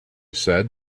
said